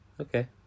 Okay